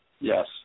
Yes